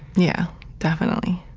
yeah definitely.